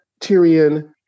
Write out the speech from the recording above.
Tyrion